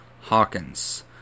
Hawkins